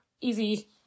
easy